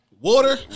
Water